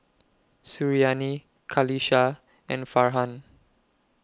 Suriani Qalisha and Farhan